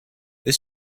this